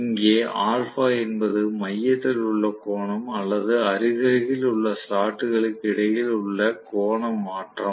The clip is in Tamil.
இங்கே α என்பது மையத்தில் உள்ள கோணம் அல்லது அருகருகில் உள்ள ஸ்லாட் களுக்கு இடையில் உள்ள கோண மாற்றம்